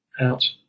out